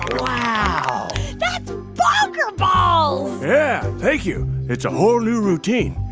wow that's bonkerballs yeah, thank you. it's a whole new routine.